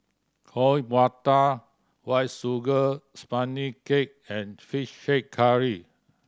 Coin Prata White Sugar Sponge Cake and Fish Head Curry